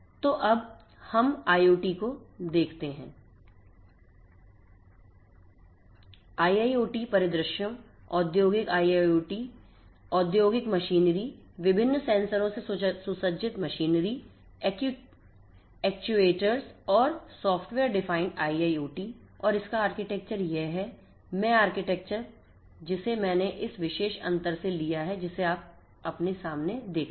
तो अब हम IIoT को देखते हैं IIoT परिदृश्यों औद्योगिक IoT औद्योगिक मशीनरी विभिन्न सेंसरों से सुसज्जित मशीनरी एक्ट्यूएटर्स और सॉफ्टवेयर डिफाइंड IIoT और इसका आर्किटेक्चर यह है मैं आर्किटेक्चर जिसे मैंने इस विशेष अंतर से लिया है जिसे आप अपने सामने देखते हैं